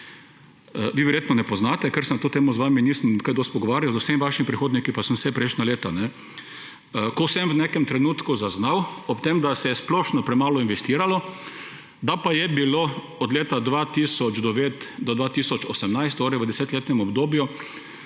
Vi verjetno ne poznate, ker se na to temo z vami nisem kaj dosti pogovarjal, z vsemi vašimi predhodniki pa sem se prejšnja leta, ko sem v nekem trenutku zaznal, ob tem da se je splošno premalo investiralo, da pa je bilo od leta 2009 do 2018, torej v desetletnem obdobju,